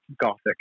gothic